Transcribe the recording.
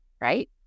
right